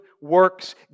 works